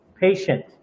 patient